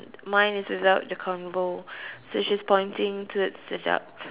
mine is without the convo so she's pointing towards the duck